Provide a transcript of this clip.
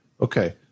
okay